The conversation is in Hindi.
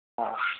हाँ